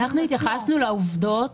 אנחנו התייחסנו לעובדות,